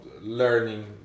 learning